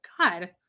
God